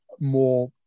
more